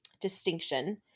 distinction